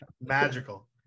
Magical